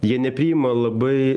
jie nepriima labai